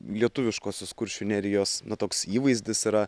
lietuviškosios kuršių nerijos na toks įvaizdis yra